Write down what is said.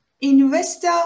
investor